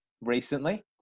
recently